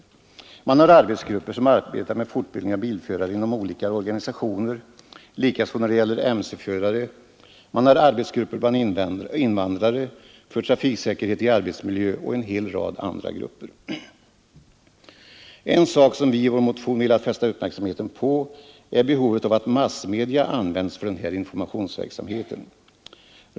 Man har arbetsgrupper som arbetar med fortbildning av bilförare inom olika organisationer, likaså när det gäller mc-förare. Man har arbetsgrupper bland invandrare, för trafiksäkerhet i arbetsmiljö och en hel rad andra grupper. En sak som vi i vår motion velat fästa uppmärksamheten på är behovet av att massmedia används för den här informationsverksamheten.